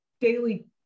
daily